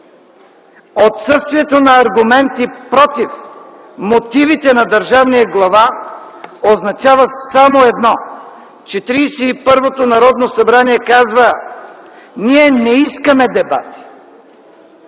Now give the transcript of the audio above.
Отсъствието на аргументи „против” мотивите на държавния глава означава само едно – Четиридесет и първото Народно събрание казва: ние не искаме дебати,